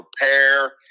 prepare